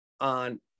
on